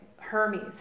Hermes